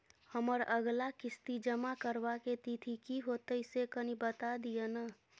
हमर अगला किस्ती जमा करबा के तिथि की होतै से कनी बता दिय न?